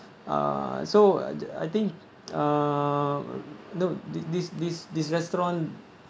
uh so uh I think uh no this this this this restaurant